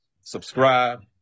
subscribe